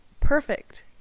perfect